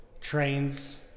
trains